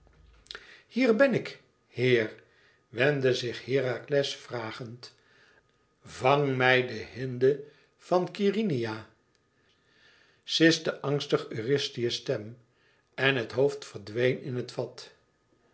hier ben ik heer wendde zich herakles vragend vang mij de hinde van keryneia siste angstig eurystheus stem en het hoofd verdween in het vat